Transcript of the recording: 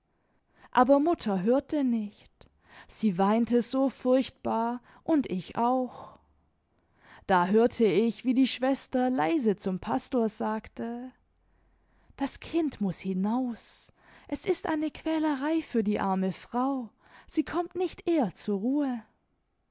aber mutter hörte nicht sie weinte so furchtbar und ich auch da hörte ich wie die schwester leise zimi pastor sage das kind muß hinaus s ist eine quälerei für die arme frau sie kommt nicht eher zur ruhe